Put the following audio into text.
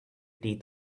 teeth